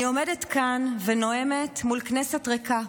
אני עומדת כאן ונואמת מול כנסת ריקה,